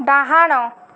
ଡ଼ାହାଣ